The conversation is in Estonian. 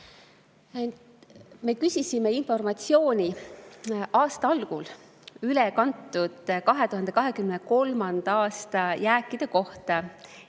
Me küsisime informatsiooni aasta algul üle kantud 2023. aasta jääkide kohta